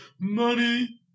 money